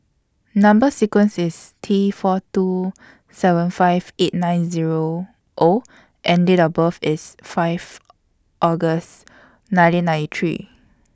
Number sequence IS T four two seven five eight nine Zero O and Date of birth IS five August nineteen ninety three